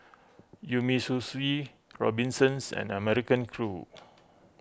Umisushi Robinsons and American Crew